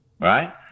right